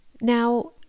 Now